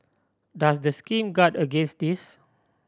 does the scheme guard against this